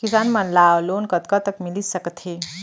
किसान मन ला लोन कतका तक मिलिस सकथे?